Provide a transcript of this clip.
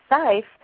safe